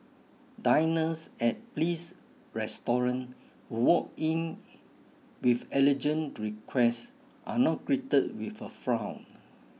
diners at Bliss Restaurant walk in with allergen requests are not greeted with a frown